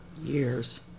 years